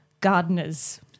gardeners